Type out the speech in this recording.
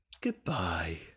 goodbye